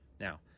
Now